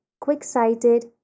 quick-sighted